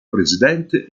presidente